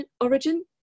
origin